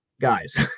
guys